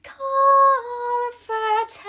comfort